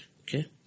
Okay